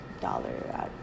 dollar